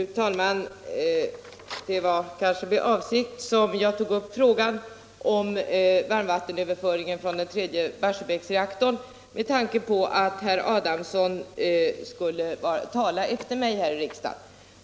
Fru talman! Det var med avsikt som jag tog upp frågan om varmvattenöverföringen från den tredje Barsebäcksreaktorn, med tanke på att herr Adamsson skulle tala efter mig här i kammaren.